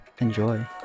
Enjoy